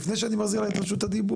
לפני שאני מחזיר לה את רשות הדיבור,